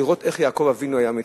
לראות איך יעקב אבינו היה מתנהג.